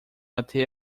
até